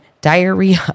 diarrhea